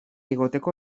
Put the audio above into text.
egoteko